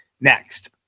next